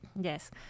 Yes